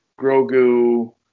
Grogu